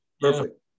perfect